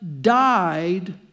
died